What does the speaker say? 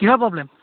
কিহৰ প্ৰব্লেম